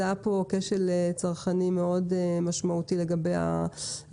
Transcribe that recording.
אז לא זאת היתה כוונתי, אני באה ממקום אחר לגמרי.